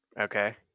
Okay